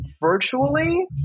virtually